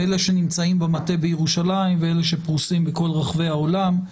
אלה שנמצאים במטה בירושלים ואלה שפרוסים בכל רחבי העולם.